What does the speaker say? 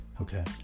Okay